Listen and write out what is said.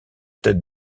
tête